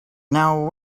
now